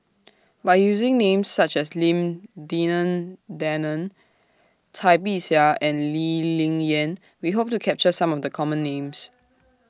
By using Names such as Lim Denan Denon Cai Bixia and Lee Ling Yen We Hope to capture Some of The Common Names